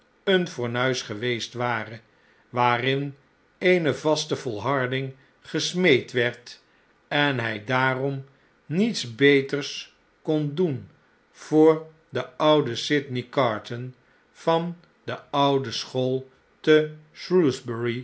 een fornuis geweest ware waarin eene vaste volharding gesmeed werd en hij daarom niets beters kon doen voor den ouden sydney carton van de oude school te